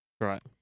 Right